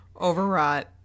overwrought